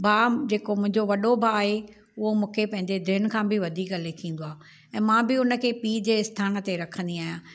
भाउ जेको मुंहिंजो वॾो भाउ आहे उहो मूंखे पंहिंजे धीउनि खां बि वधीक लेखींदो आहे ऐं मां बि उन खे पीउ जे स्थान ते रखंदी आहियां